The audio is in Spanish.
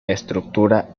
estructura